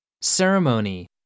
Ceremony